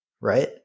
right